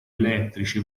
elettrici